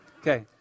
Okay